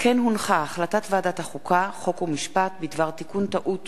החלטת ועדת החוקה, חוק ומשפט בדבר תיקון טעות